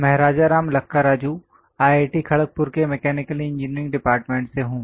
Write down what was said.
मैं राजाराम लक्काराजू आईआईटी खड़गपुर के mechanical engineering department से हूं